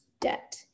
debt